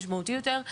משמעותי יותר.